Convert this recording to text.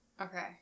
Okay